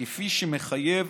כפי שמחייב